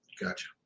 Gotcha